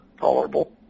tolerable